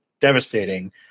devastating